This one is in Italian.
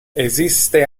esiste